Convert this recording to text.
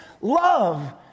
love